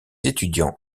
étudiants